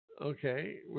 Okay